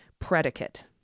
predicate